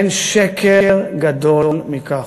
אין שקר גדול מכך.